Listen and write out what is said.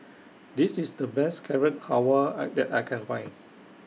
This IS The Best Carrot Halwa I that I Can Find